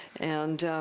and